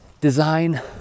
design